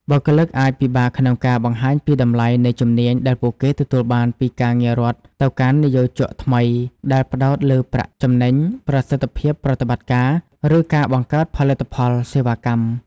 បុគ្គលិកអាចពិបាកក្នុងការបង្ហាញពីតម្លៃនៃជំនាញដែលពួកគេទទួលបានពីការងាររដ្ឋទៅកាន់និយោជកថ្មីដែលផ្តោតលើប្រាក់ចំណេញ ប្រសិទ្ធភាពប្រតិបត្តិការ ឬការបង្កើតផលិតផល/សេវាកម្ម។